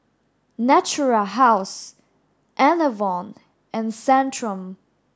Natura House Enervon and Centrum